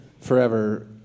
forever